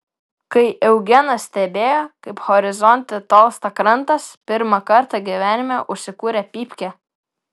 kai eugenas stebėjo kaip horizonte tolsta krantas pirmą kartą gyvenime užsikūrė pypkę